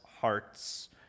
hearts